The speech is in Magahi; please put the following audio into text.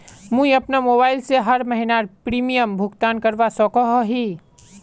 मुई अपना मोबाईल से हर महीनार प्रीमियम भुगतान करवा सकोहो ही?